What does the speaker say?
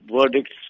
verdicts